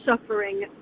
suffering